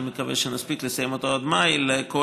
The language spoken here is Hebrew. אני מקווה שנספיק לסיים אותו עד מאי לכל